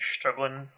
Struggling